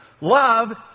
love